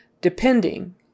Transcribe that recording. depending